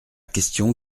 question